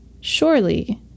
surely